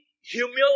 humility